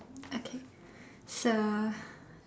okay so